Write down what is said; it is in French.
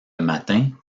matin